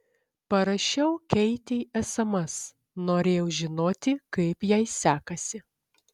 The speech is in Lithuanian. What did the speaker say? parašiau keitei sms norėjau žinoti kaip jai sekasi